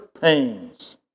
pains